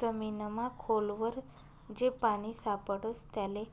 जमीनमा खोल वर जे पानी सापडस त्याले